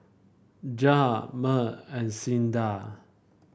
Jared Meg and Clyda